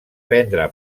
prendre